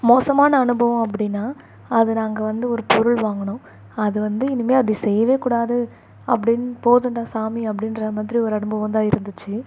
மோசமான அனுபவம் அப்படின்னா அது நாங்கள் வந்து ஒரு பொருள் வாங்குனோம் அது வந்து இனிமேல் அப்படி செய்யவேக்கூடாது அப்படின்னு போதும்டா சாமி அப்படின்ற மாதிரி ஒரு அனுபவம் தான் இருந்துச்சு